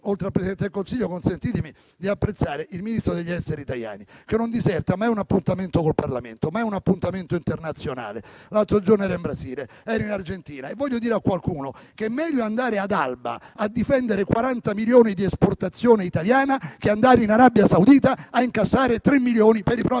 oltre al Presidente del Consiglio consentitemi di apprezzare il ministro degli affari esteri Tajani, che non diserta mai un appuntamento con il Parlamento né un appuntamento internazionale, l'altro giorno era in Brasile e poi in Argentina. Voglio dire a qualcuno che è meglio andare ad Alba a difendere 40 milioni di esportazione italiana che andare in Arabia Saudita a incassare 3 milioni per i propri